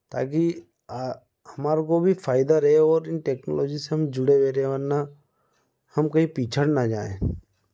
ताकि हमारे को भी फ़ायदा रहे और इन टेक्नोलॉजी से हम जुड़े हुए रहें वरना हम कहीं पिछड़ न जाएँ